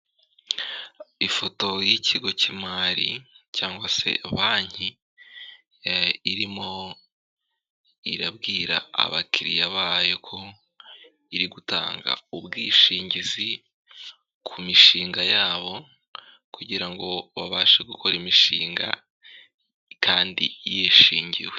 Ifoto yikigo cy'imari cyangwa se banki irimo irabwira abakiriya bayo, ko iri gutanga ubwishingizi ku mishinga yabo kugira ngo babashe gukora imishinga kandi yishingiwe.